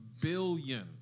billion